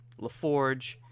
LaForge